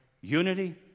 unity